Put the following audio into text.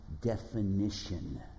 definition